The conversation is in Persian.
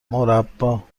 مربّا